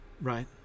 right